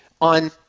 on